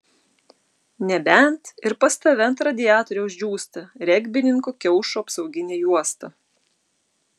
nebent ir pas tave ant radiatoriaus džiūsta regbininko kiaušų apsauginė juosta